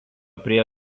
prie